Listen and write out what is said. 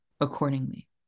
accordingly